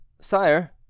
Sire